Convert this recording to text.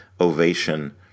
ovation